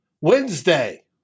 Wednesday